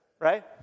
right